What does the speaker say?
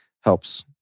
helps